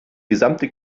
gesamte